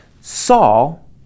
saul